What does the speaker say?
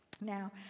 Now